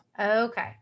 Okay